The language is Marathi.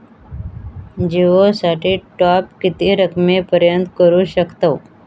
जिओ साठी टॉप किती रकमेपर्यंत करू शकतव?